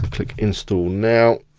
and click instal now.